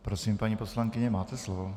Prosím, paní poslankyně, máte slovo.